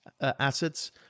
assets